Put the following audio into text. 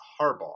Harbaugh